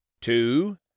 Two